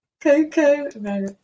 coco